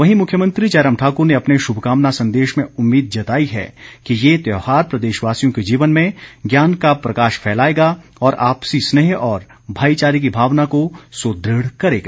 वहीं मुख्यमंत्री जयराम ठाकुर ने अपने श्भकामना संदेश में उम्मीद जताई है कि ये त्योहार प्रदेशवासियों के जीवन में ज्ञान का प्रकाश फैलाएगा और आपसी स्नेह और भाईचारे की भावना को सुदृढ़ करेगा